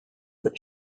that